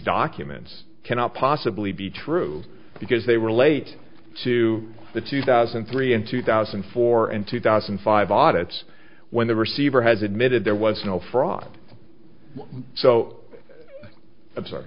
documents cannot possibly be true because they relate to the two thousand and three in two thousand and four and two thousand and five audits when the receiver has admitted there was no fraud so i'm